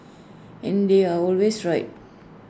and they are always right